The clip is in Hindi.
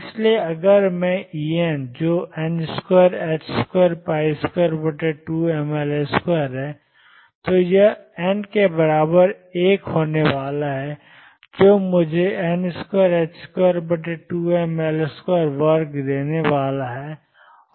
इसलिए अगर मैं En जो n2222mL2 है तो यह n के बराबर 1 होने वाला है जो मुझे 22 2mL2 वर्ग ऊर्जा देने वाला है